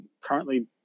currently